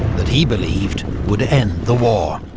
that he believed would end the war.